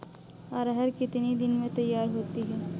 अरहर कितनी दिन में तैयार होती है?